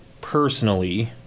personally